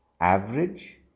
average